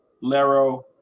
Lero